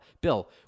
Bill